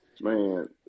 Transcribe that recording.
Man